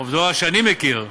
אלה שאני מכיר,